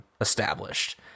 established